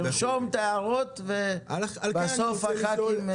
תרשום את ההערות ובסוף חברי הכנסת --- על כן אני רוצה לשאול,